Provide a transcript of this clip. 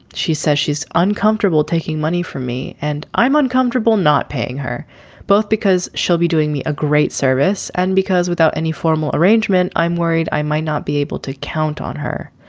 she says she's uncomfortable taking money from me and i'm uncomfortable not paying her both because she'll be doing me a great service. and because without any formal formal arrangement, i'm worried i might not be able to count on her.